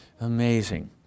Amazing